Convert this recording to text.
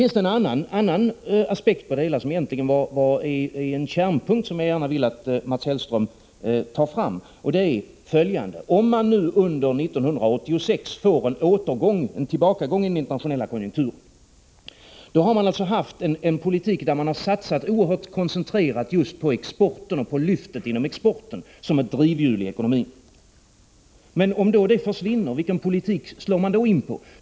En annan aspekt, som egentligen utgör en kärnpunkt och som jag gärna vill att Mats Hellström kommenterar, är följande: Om man under 1986 får en återgång, en tillbakagång i den internationella konjunkturen, har man fört en politik där man satsat oerhört koncentrerat just på exporten och på lyftet inom exporten som ett drivhjul i ekonomin. Men om detta försvinner, vilken politik slår man då in på?